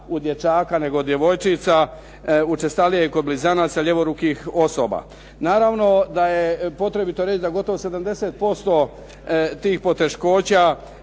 u dječaka, nego kod djevojčica, učestalije kod blizanaca, ljevorukih osoba. Naravno da je potrebito reći da gotovo 70% tih poteškoća